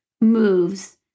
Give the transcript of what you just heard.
moves